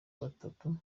gatatu